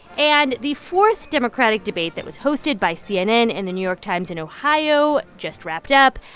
and the fourth democratic debate that was hosted by cnn and the new york times in ohio just wrapped up.